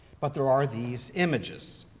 but there are these images.